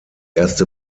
erste